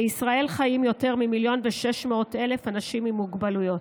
בישראל חיים יותר ממיליון ו-600,000 אנשים עם מוגבלויות,